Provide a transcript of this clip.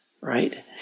right